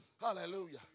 hallelujah